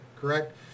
Correct